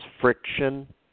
friction